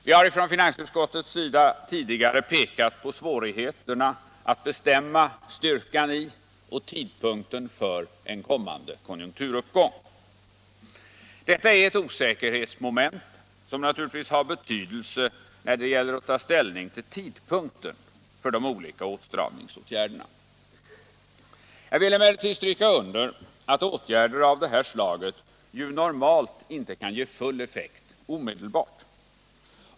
Vi har från finansutskottets sida tidigare pekat på svårigheterna att bestämma styrkan i och tidpunkten för en kommande konjunkturuppgång. Detta är ett osäkerhetsmoment som naturligtvis har betydelse när det gäller att ta ställning till tidpunkten för de olika åtstramningsåtgärderna. Jag vill emellertid stryka under att åtgärder av det här slaget normalt inte kan ge full effekt omedelbart.